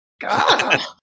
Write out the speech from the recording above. God